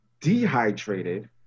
dehydrated